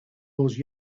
those